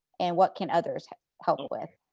and what can others help with?